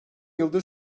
yıldır